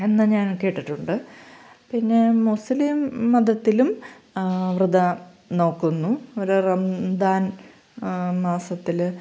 എന്ന് ഞാൻ കേട്ടിട്ടുണ്ട് പിന്നെ മുസ്ലിം മതത്തിലും വ്രതം നോക്കുന്നു അവർ റംമ്ദാൻ മാസത്തിൽ